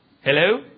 Hello